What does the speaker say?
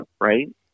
right